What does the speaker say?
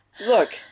Look